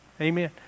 Amen